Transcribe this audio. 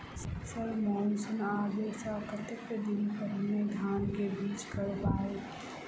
Sir monsoon आबै सऽ कतेक दिन पहिने धान केँ बीज गिराबू?